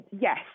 yes